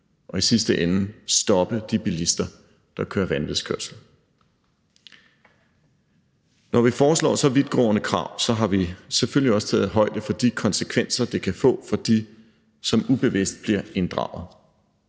og i sidste ende stoppe de bilister, der kører vanvidskørsel. Når vi foreslår så vidtgående krav, har vi selvfølgelig også taget højde for de konsekvenser, det kan få for dem, som ubevidst bliver inddraget.